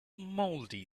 mouldy